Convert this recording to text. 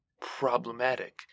problematic